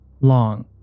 long